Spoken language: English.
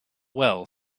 well